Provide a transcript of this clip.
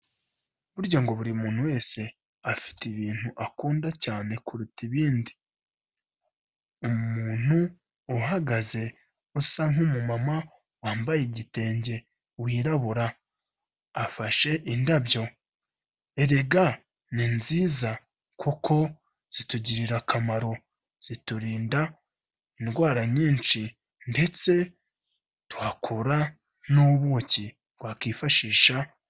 Brya ngo buri muntu wese afite ibintu akunda cyane kuruta ibindi, umuntu uhagaze usa nk'umumama wambaye igitenge wirabura, afashe indabyo, erega ni nziza kuko zitugirira akamaro, ziturinda indwara nyinshi ndetse tuhakura n'ubuki wakwifashisha.